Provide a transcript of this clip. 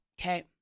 Okay